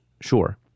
sure